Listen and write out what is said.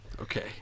Okay